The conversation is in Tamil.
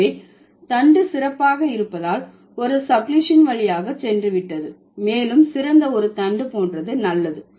ஆகவே தண்டு சிறப்பாக இருப்பதால் ஒரு சப்ளிஷன் வழியாக சென்றுவிட்டது மேலும் சிறந்த ஒரு தண்டு போன்றது நல்லது